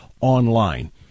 online